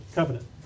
covenant